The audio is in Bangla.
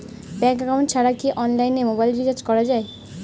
ব্যাংক একাউন্ট ছাড়া কি অনলাইনে মোবাইল রিচার্জ করা যায়?